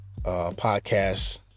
podcast